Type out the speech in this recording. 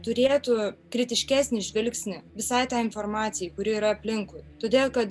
turėtų kritiškesnį žvilgsnį visai tai informacijai kuri yra aplinkui todėl kad